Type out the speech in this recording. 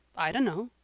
i dunno,